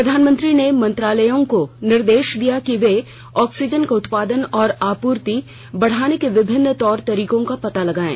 प्रधानमंत्री ने मंत्रालयों को निर्देश दिया कि वे ऑक्सीजन का उत्पादन और आपूर्ति बढ़ाने के विभिन्न तौर तरीकों का पता लगाएं